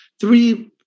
three